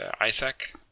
Isaac